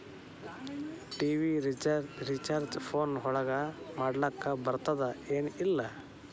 TV recharge phone ಒಳಗ ಮಾಡ್ಲಿಕ್ ಬರ್ತಾದ ಏನ್ ಇಲ್ಲ?